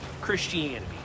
Christianity